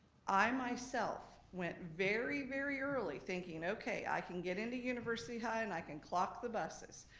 i myself went very, very early thinking, okay, i can get into university high and i can clock the buses.